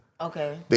Okay